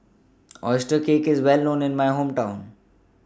Oyster Cake IS Well known in My Hometown